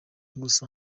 gusa